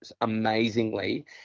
amazingly